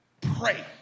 Pray